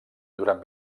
durant